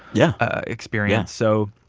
yeah. experience. so